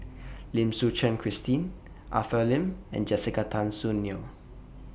Lim Suchen Christine Arthur Lim and Jessica Tan Soon Neo